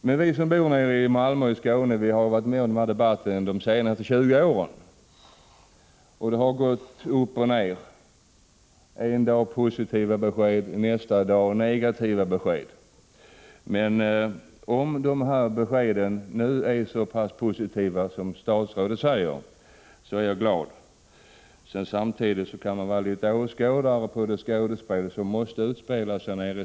Men vi som bor nere i Malmö och Skåne och har följt denna debatt de senaste 20 åren vet att det har gått upp och ner. En dag positiva besked, nästa dag negativa besked. Men om dessa besked nu är så positiva som statsrådet säger, är jag glad. Jag kan samtidigt vara litet av åskådare till det skådespel som nu måste utspela sig.